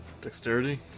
Dexterity